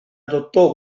adottò